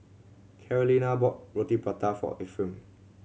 Carolina bought Roti Prata for Efrem